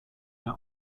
der